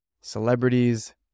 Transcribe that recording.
celebrities